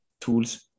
tools